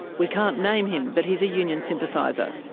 we can't name him, but he's a union sympathiser.